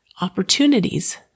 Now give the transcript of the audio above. opportunities